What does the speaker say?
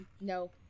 No